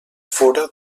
fóra